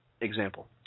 example